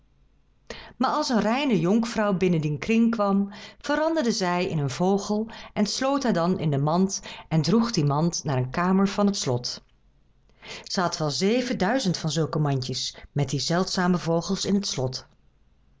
maar als een reine jonkvrouw binnen dien kring kwam veranderde zij die in een vogel en sloot haar dan in een mand en droeg die mand naar een kamer van het slot zij had wel zeven duizend van zulke mandjes met die zeldzame vogels in het slot